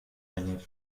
venir